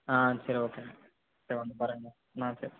ஆ சரி ஓகேங்க சரி வந்து பாருங்கண்ணா ஆ சரி